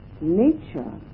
nature